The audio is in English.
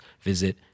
visit